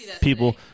people